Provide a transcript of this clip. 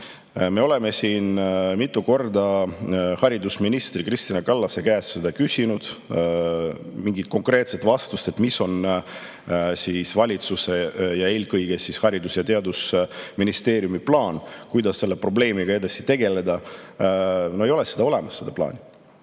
Me oleme siin mitu korda haridusminister Kristina Kallase käest küsinud konkreetset vastust, mis on valitsuse ja eelkõige Haridus‑ ja Teadusministeeriumi plaan, kuidas selle probleemiga edasi tegeleda. Ei ole olemas seda plaani.